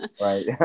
Right